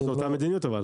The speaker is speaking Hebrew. זאת המדיניות.